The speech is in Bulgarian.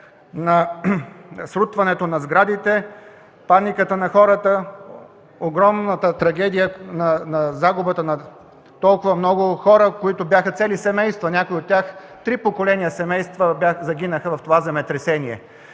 на срутването на сградите, паниката на хората, огромната трагедия от загубата на толкова много хора, които бяха цели семейства, някои от тях – три поколения семейства, загинаха в това земетресение.